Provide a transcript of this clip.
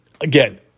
Again